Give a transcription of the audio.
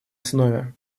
основе